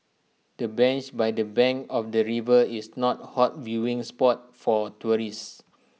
the bench by the bank of the river is not A hot viewing spot for tourists